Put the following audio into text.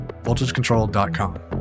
VoltageControl.com